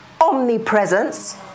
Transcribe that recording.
omnipresence